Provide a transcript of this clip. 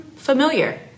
familiar